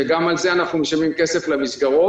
שגם על זה אנחנו משלמים כסף למסגרות.